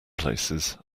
places